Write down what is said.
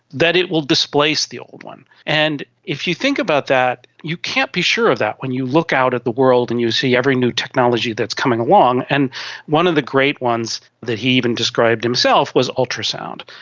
that it will displace the old one. and if you think about that, you can't be sure of that when you look out at the world and you see every new technology that is coming along. and one of the great ones that he even described himself was ultrasound,